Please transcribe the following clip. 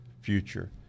future